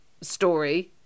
story